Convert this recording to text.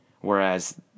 Whereas